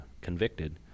convicted